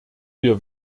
wir